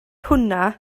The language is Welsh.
hwnna